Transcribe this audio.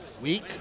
week